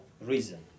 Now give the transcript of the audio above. reason